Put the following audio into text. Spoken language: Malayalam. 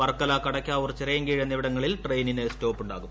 വർക്കല കടയ്ക്കാവൂർ ചിറയിൻകീഴ് എന്നിവിടങ്ങളിൽ ട്രെയിനിന് സ്റ്റോപ്പുണ്ടാകും